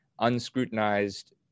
unscrutinized